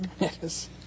Yes